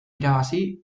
irabazi